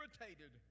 irritated